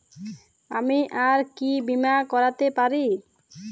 আমি আর কি বীমা করাতে পারি?